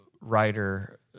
writer